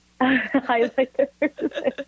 highlighters